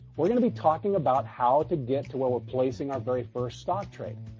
we're going to be talking about how to get to where we're placing our very first stock trade.